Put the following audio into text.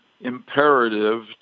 imperative